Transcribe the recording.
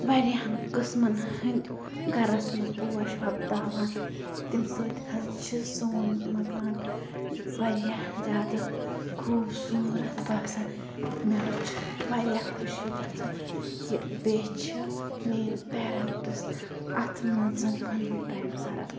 واریاہَن قٕسمَن ہٕنٛدۍ گَرَس منٛز پوش وۄپداوان تَمہِ سۭتۍ حظ چھِ سون مکان واریاہ زیادٕ خوٗبصوٗرت باسان مےٚ حظ چھِ واریاہ خوشی گژھان کہِ بیٚیہِ چھِ میٛٲنۍ پیرَنٛٹٕس اَتھ منٛز پَنُن ٹایِم صَرَف